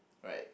right